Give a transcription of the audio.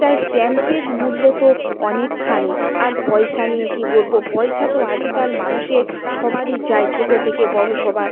তাই স্ট্যাম্পের মূল্য তো অনেকখানি আর পয়সা নিয়ে কী বলব পয়সা তো আজকাল মানুষে সবারই চাই ছোটো থেকে বড় সবার